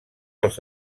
els